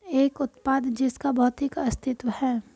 एक उत्पाद जिसका भौतिक अस्तित्व है?